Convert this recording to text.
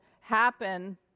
happen